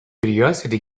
curiosity